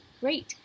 great